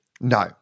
No